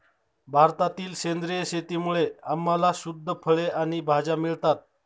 भारतातील सेंद्रिय शेतीमुळे आम्हाला शुद्ध फळे आणि भाज्या मिळतात